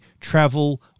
travel